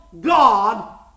God